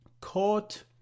caught